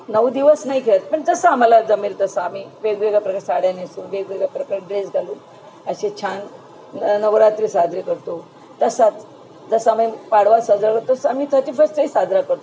नऊ दिवस नाही खेळत पण जसं आम्हाला जमेल तसं आम्ही वेगवेगळ्या प्रकारे साड्या नेसू वेगवेगळ्या प्रकारे ड्रेस घालू असे छान नवरात्री साजरी करतो तसंच जसं आम्ही पाडवा साजरा करतो तसं आम्ही थर्टी फर्स्टही साजरा करतो